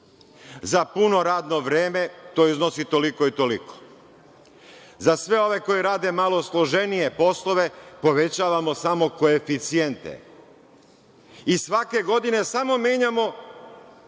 za puno radno vreme to iznosi toliko i toliko, za sve ove koji rade malo složenije poslove povećavamo samo koeficijente i svake godine samo menjamo